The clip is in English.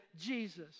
Jesus